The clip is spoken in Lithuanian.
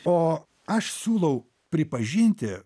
o aš siūlau pripažinti